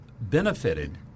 benefited